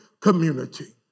community